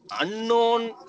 unknown